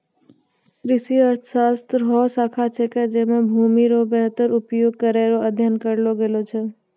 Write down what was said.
कृषि अर्थशास्त्र हौ शाखा छिकै जैमे भूमि रो वेहतर उपयोग करै रो अध्ययन करलो गेलो छै